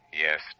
Yes